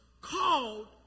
called